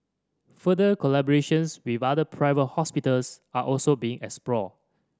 further collaborations with other private hospitals are also being explored